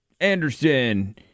Anderson